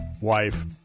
wife